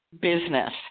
business